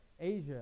Asia